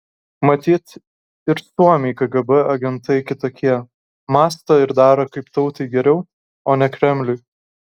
matyt ir suomiai kgb agentai kitokie mąsto ir daro kaip tautai geriau o ne kremliui